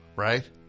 right